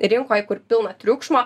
rinkoj kur pilna triukšmo